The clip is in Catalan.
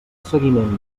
seguiment